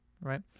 right